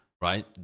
right